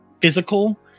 physical